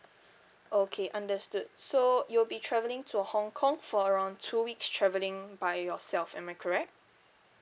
okay understood so you'll be travelling to hong kong for around two weeks travelling by yourself am I correct